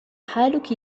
حالك